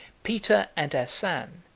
peter and asan,